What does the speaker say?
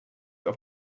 auf